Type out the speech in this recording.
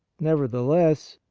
nevertheless,